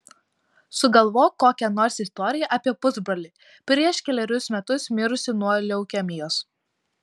sugalvok kokią nors istoriją apie pusbrolį prieš kelerius metus mirusį nuo leukemijos